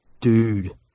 dude